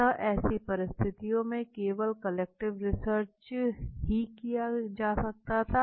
अतः ऐसी परिस्थितियों में केवल क्वालिटेटिव रिसर्च ही किया जा सकता है